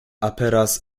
aperas